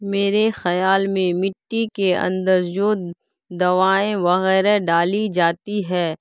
میرے خیال میں مٹی کے اندر جو دوائیں وغیرہ ڈالی جاتی ہے